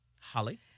Holly